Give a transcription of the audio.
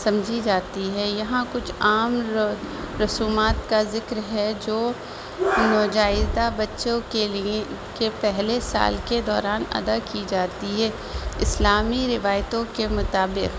سمجھی جاتی ہے یہاں کچھ عام رسومات کا ذکر ہے جو نوزائدہ بچوں کے لیے کے پہلے سال کے دوران ادا کی جاتی ہے اسلامی روایتوں کے مطابق